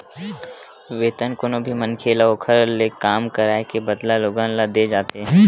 वेतन कोनो भी मनखे ल ओखर ले काम कराए के बदला लोगन ल देय जाथे